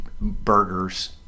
burgers